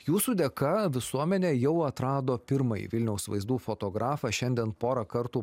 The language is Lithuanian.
jūsų dėka visuomenė jau atrado pirmąjį vilniaus vaizdų fotografą šiandien porą kartų